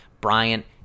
Bryant